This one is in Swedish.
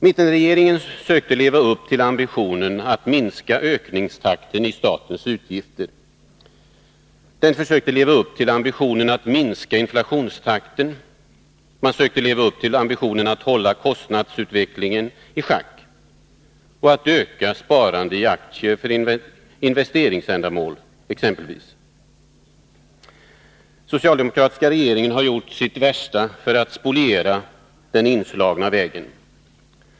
Mittenregeringen sökte leva upp till ambitionen att minska ökningstakten i statens utgifter, att minska inflationstakten, att hålla kostnadsutvecklingen i schack och att öka sparandet i aktier för investeringsändamål. Den socialdemokratiska regeringen har gjort sitt bästa för att spoliera den inslagna vägen.